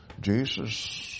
Jesus